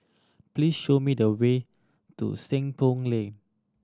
please show me the way to Seng Poh Lane